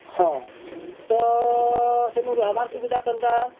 ହଁ ତ ସେନୁ ରହେବାର୍ ସୁବିଧା କେନ୍ତା